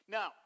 Now